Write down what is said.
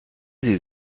sie